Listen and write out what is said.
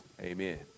amen